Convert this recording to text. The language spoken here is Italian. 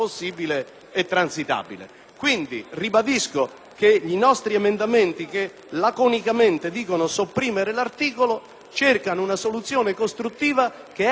che i nostri emendamenti, che laconicamente propongono di sopprimere l'articolo 7, cercano una soluzione costruttiva di assoluta mediazione, di equilibrio.